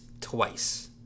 twice